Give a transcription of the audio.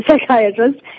psychiatrist